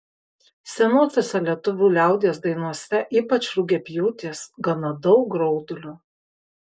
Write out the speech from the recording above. senosiose lietuvių liaudies dainose ypač rugiapjūtės gana daug graudulio